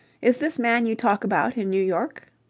is this man you talk about in new york?